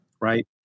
Right